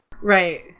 Right